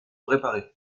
réparé